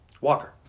Walker